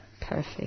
Perfect